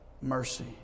mercy